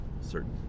Certain